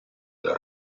del